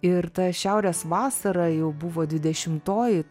ir ta šiaurės vasara jau buvo dvidešimtoji